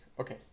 Okay